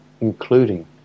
including